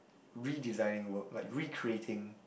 redesigning work like recreating